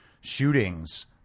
shootings